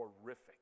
horrific